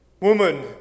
Woman